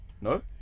No